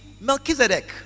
Melchizedek